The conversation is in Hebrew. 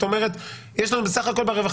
זאת אומרת שיש לנו בסך-הכול ברווחה